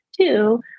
two